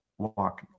Walk